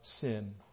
sin